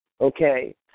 Okay